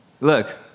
look